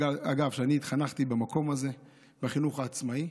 אגב, אני התחנכתי במקום הזה, בחינוך העצמאי.